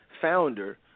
founder